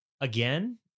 Again